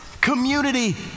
Community